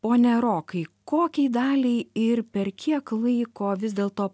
pone rokai kokiai daliai ir per kiek laiko vis dėl to